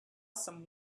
some